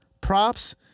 props